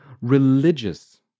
religious